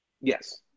Yes